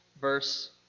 verse